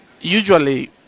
Usually